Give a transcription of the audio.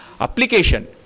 Application